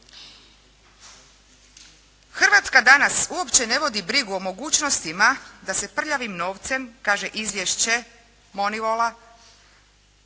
Hrvatska danas uopće ne vodi brigu o mogućnosti da se prljavim novcem, kaže izvješće Monivola,